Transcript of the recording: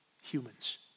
humans